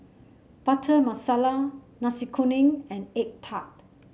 Butter Masala Nasi Kuning and egg tart